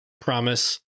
promise